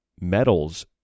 metals